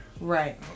Right